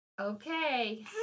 Okay